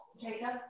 Jacob